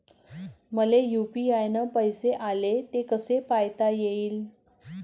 मले यू.पी.आय न पैसे आले, ते कसे पायता येईन?